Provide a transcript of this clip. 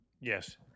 Yes